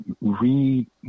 Read